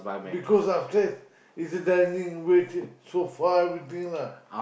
because upstairs is dining with sofa everything lah